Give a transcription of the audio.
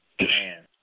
Man